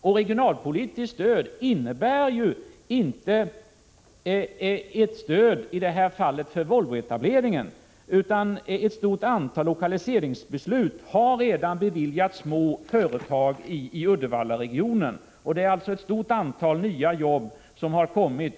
Ett regionalpolitiskt stöd innebär inte ett stöd enbart, som i det här fallet, för Volvoetableringen, utan ett stort antal lokaliseringsstöd har redan beviljats små företag i Uddevallaregionen. Ett stort antal nya arbetstillfällen har på så sätt tillkommit.